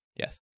Yes